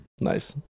Nice